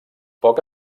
poc